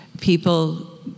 People